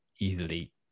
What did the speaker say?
easily